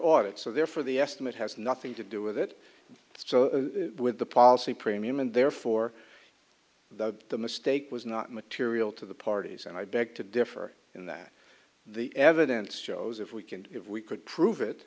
audit so there for the estimate has nothing to do with it so with the policy premium and therefore the mistake was not material to the parties and i beg to differ in that the evidence shows if we can if we could prove it